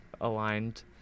aligned